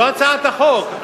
זאת הצעת החוק,